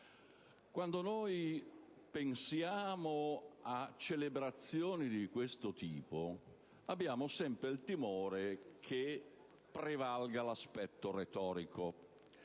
Quando pensiamo a celebrazioni di questo tipo, abbiamo sempre il timore che prevalga l'aspetto retorico.